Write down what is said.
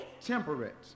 Temperate